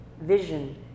vision